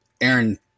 Aaron